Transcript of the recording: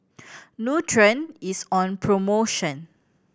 nutren is on promotion